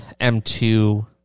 M2